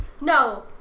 No